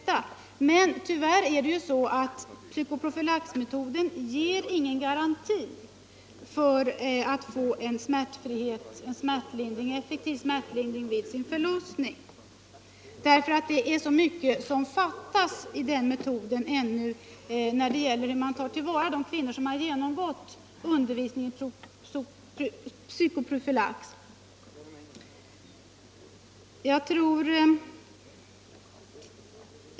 Tyvärr utgör psykoprofylaxmetoden ingen garanti för en effektiv smärtlindring vid förlossning, eftersom så mycket ännu fattas vad gäller möjligheterna att på förlossningsavdelningarna utnyttja psykoprofylaxmetoden. Man måste bearbeta erfarenheterna hos de kvinnor som har genomgått undervisning i psykoprofylax.